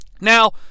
Now